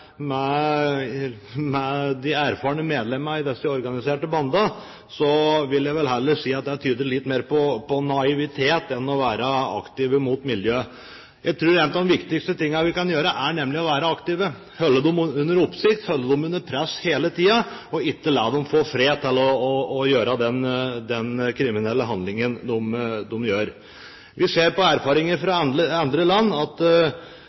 med de erfarne medlemmene i disse organiserte bandene, vil jeg vel heller si at det tyder litt mer på naivitet enn på å være aktive mot miljøet. Jeg tror nemlig en av de viktigste tingene vi kan gjøre, er å være aktive, holde dem under oppsikt, holde dem under press hele tiden, og ikke la dem få fred til å gjøre de kriminelle handlingene som de gjør. Vi ser på erfaringer fra andre land at